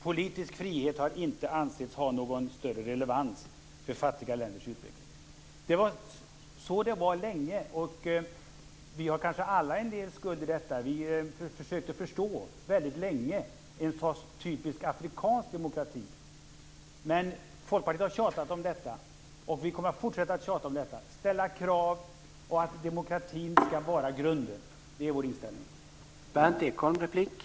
Politisk frihet har inte ansetts ha någon större relevans för fattiga länders utveckling." Så var det länge. Vi har kanske alla en del skuld i detta. Vi försökte förstå väldigt länge en sorts typiskt afrikansk demokrati. Men Folkpartiet har tjatat om detta, och vi kommer att fortsätta att tjata och ställa krav på att demokratin skall vara grunden. Det är vår inställning.